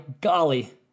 golly